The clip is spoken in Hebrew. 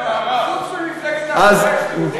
חוץ ממפלגת העבודה יש טיעונים?